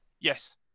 Yes